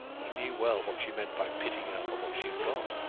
he knew well what she meant by pitying her for what she had got.